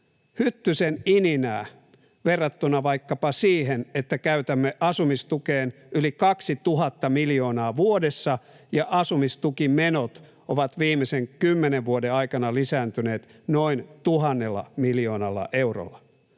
hyttysen ininää verrattuna vaikkapa siihen, että käytämme asumistukeen yli 2 000 miljoonaa vuodessa ja asumistukimenot ovat viimeisen kymmenen vuoden aikana lisääntyneet noin 1 000 miljoonalla eurolla.